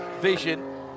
vision